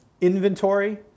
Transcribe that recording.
inventory